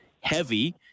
heavy